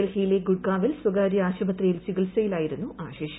ഡൽഹിയിലെ ഗുഡ്ഗാവിൽ സ്വകാര്യ ആശുപത്രിയിൽ ചികിത്സയിലായിരുന്നു ആശിഷ്